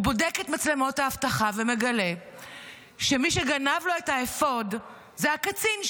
הוא בודק את מצלמות האבטחה ומגלה שמי שגנב לו את האפוד הוא הקצין שלו,